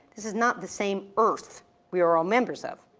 this is not the same earth we are all members of.